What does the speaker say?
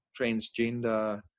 transgender